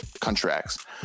contracts